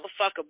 motherfucker